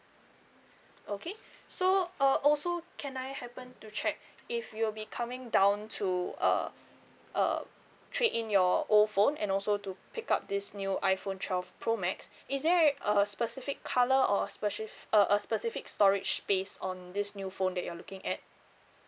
okay so uh also can I happen to check if you'll be coming down to uh uh trade in your old phone and also to pick up this new iPhone twelve pro max is there a specific colour or spec~ or a specific storage space on this new phone that you're looking at